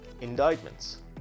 indictments